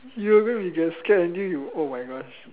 you are gonna be get scared until you oh my gosh